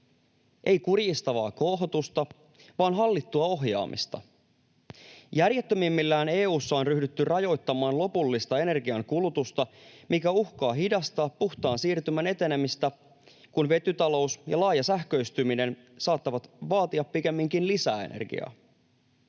ei kurjistavaa kouhotusta, vaan hallittua ohjaamista. Järjettömimmillään EU:ssa on ryhdytty rajoittamaan lopullista energiankulutusta, mikä uhkaa hidastaa puhtaan siirtymän etenemistä, kun vetytalous ja laaja sähköistyminen saattavat vaatia pikemminkin lisää energiaa.